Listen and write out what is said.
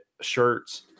shirts